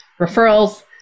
referrals